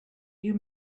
you